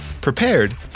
prepared